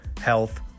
health